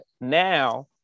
Now